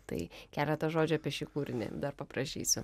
tai keletą žodžių apie šį kūrinį dar paprašysiu